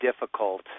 difficult